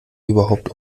überhaupt